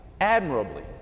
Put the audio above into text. admirably